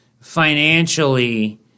financially